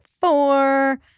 four